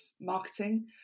marketing